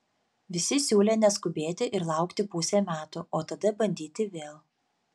visi siūlė neskubėti ir laukti pusė metų o tada bandyti vėl